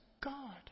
God